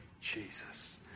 Jesus